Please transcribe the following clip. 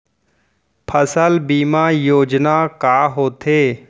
फसल बीमा योजना का होथे?